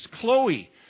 Chloe